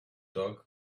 dog